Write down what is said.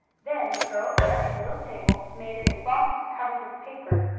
then the girls set a little table, made of a box covered with paper,